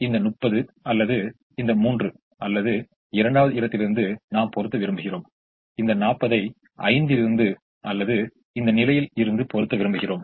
இதேபோல் இந்த 30 அல்லது இந்த 3 அல்லது இரண்டாவது இடத்திலிருந்து நாம் பொறுத்த விரும்புகிறோம் இந்த 40 ஐ 5 இலிருந்து அல்லது இந்த நிலையில் இருந்து பொறுத்த விரும்புகிறோம்